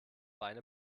beine